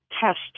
test